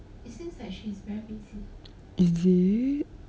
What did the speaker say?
is it